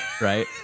right